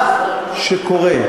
מה שקורה,